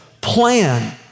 plan